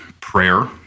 prayer